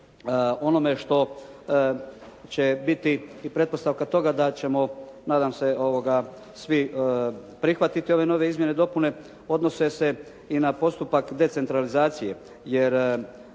onome što će biti i pretpostavka toga da ćemo nadam se svi prihvatiti ove nove izmjene i dopune odnose se i na postupak decentralizacije